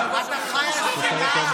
אתה חי על שנאה.